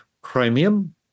chromium